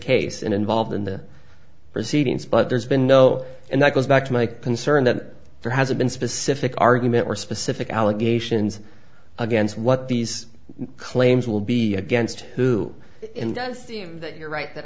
case and involved in the proceedings but there's been no and that goes back to my concern that there has been specific argument or specific allegations against what these claims will be against who does seem that you're right that